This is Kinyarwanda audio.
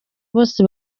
bose